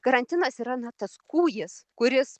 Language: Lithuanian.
karantinas yra na tas kūjis kuris